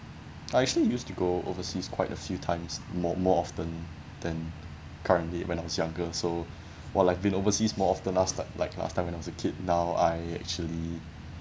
I actually used to go overseas quite a few times more more often than currently when I was younger so while I've been overseas more often last time like last time when I was a kid now I actually